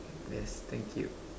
yes thank you